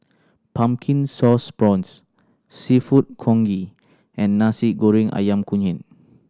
Pumpkin Sauce Prawns Seafood Congee and Nasi Goreng Ayam Kunyit